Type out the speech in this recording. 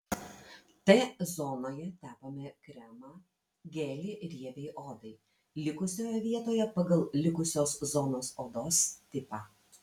t zonoje tepame kremą gelį riebiai odai likusioje vietoje pagal likusios zonos odos tipą